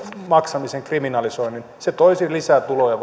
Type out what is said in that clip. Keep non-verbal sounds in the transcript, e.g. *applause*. maksamisen kriminalisoinnin se toisi lisää tuloja *unintelligible*